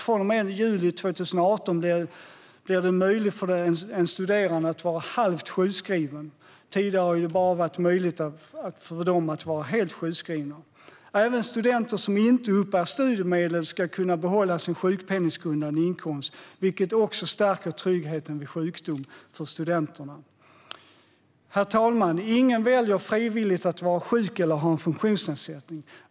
Från och med juli 2018 blir det nämligen möjligt för studerande att vara halvt sjukskrivna. Tidigare har det bara varit möjligt för dem att vara helt sjukskrivna. Även studenter som inte uppbär studiemedel ska kunna behålla sin sjukpenninggrundande inkomst, vilket också stärker tryggheten vid sjukdom för studenterna. Herr talman! Ingen väljer frivilligt att vara sjuk eller att ha en funktionsnedsättning.